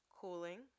Cooling